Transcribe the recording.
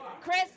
Chris